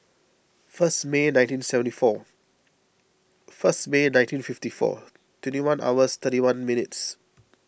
first May nineteen seventy four first May nineteen fifty four twenty one hours thirty one minutes